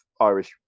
Irish